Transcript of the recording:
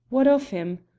what of him?